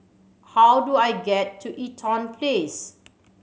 how do I get to Eaton Place